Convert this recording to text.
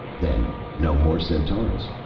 then no more centaurus.